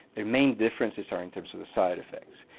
the main differences are in terms of the side effects.